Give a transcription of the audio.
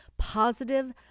positive